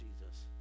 Jesus